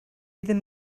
ddim